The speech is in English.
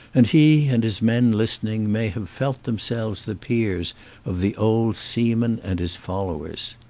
and he and his men listening may have felt themselves the peers of the old seaman and his followers.